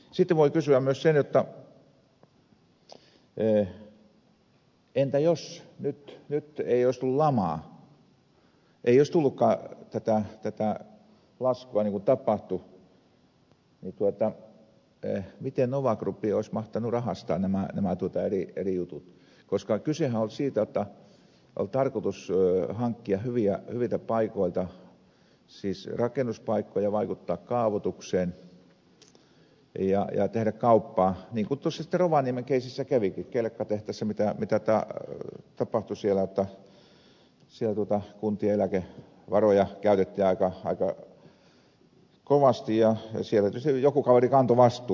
sitten voi kysyä myös entä jos nyt ei olisi tullut lamaa ei olisi tullutkaan tätä laskua niin kuin tapahtui miten nova group olisi mahtanut rahastaa nämä eri jutut koska kysehän oli siitä jotta oli siis tarkoitus hankkia hyviltä paikoilta rakennuspaikkoja vaikuttaa kaavoitukseen ja tehdä kauppaa niin kuin tuossa rovaniemen keisissä kävikin kelkkatehtaassa mitä tapahtui siellä jotta kuntien eläkevaroja käytettiin aika kovasti ja siellä tietysti joku kaveri kantoi vastuun